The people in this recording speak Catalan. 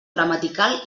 gramatical